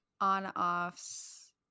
On-Offs